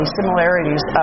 similarities